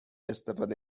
استفاده